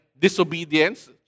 disobedience